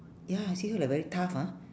ya I see her like very tough ah